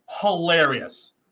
hilarious